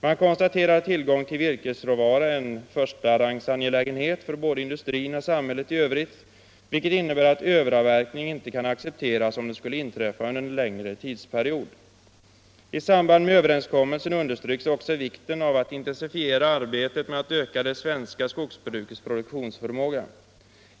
Man konstaterar att tillgång till virkesråvara är en förstarangsangelägenhet för både industrin och samhället i övrigt, vilket innebär att överavverkning inte kan accepteras om den skulle inträffa under en längre tidsperiod. I samband med överenskommelsen understryks också vikten av att intensifiera arbetet med att öka det svenska skogsbrukets produktionsförmåga.